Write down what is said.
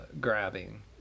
Grabbing